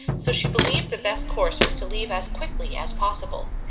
so she believed the best course was to leave as quickly as possible.